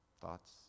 Thoughts